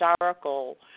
historical